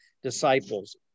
disciples